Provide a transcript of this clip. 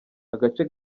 agace